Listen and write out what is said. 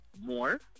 more